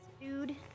dude